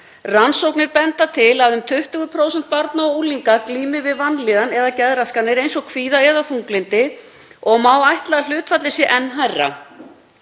Rannsóknir benda til að um 20% barna og unglinga glími við vanlíðan eða geðraskanir eins og kvíða eða þunglyndi og má ætla að hlutfallið sé enn hærra